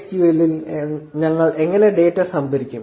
QL ൽ ഞങ്ങൾ എങ്ങനെ ഡാറ്റ സംഭരിക്കും